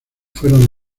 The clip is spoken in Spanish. fueron